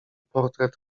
portret